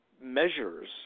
measures